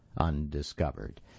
Undiscovered